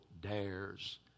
dares